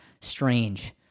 strange